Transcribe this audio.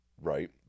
right